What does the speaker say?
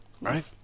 right